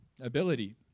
Ability